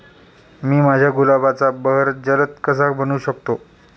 मी माझ्या गुलाबाचा बहर जलद कसा बनवू शकतो?